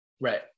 right